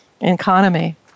economy